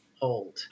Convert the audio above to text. hold